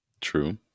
True